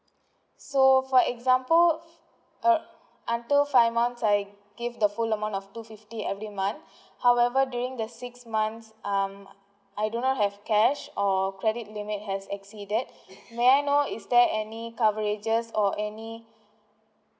so for example err until five month I give the full amount of two fifty every month however during the sixth month um I do not have cash or credit limit has exceeded may I know is there any coverages or any